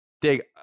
Dig